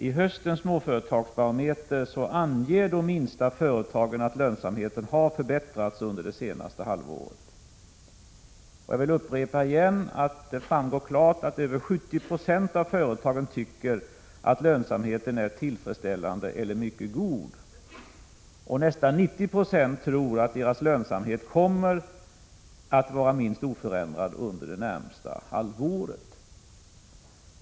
I höstens Småföretagsbarometer anger de minsta företagen att lönsamheten har förbättrats under det senaste halvåret. Jag vill upprepa att det klart framgår att över 70 20 av företagen tycker att lönsamheten är tillfredsställande eller mycket god. Nästan 90 96 av företagen tror att deras lönsamhet kommer att vara oförändrad eller bättre under det närmaste halvåret.